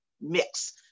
mix